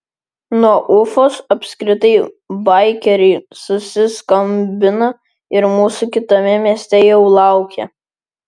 nuo ufos apskritai baikeriai susiskambina ir mūsų kitame mieste jau laukia